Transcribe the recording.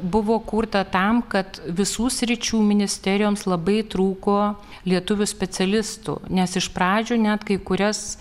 buvo kurta tam kad visų sričių ministerijoms labai trūko lietuvių specialistų nes iš pradžių net kai kurias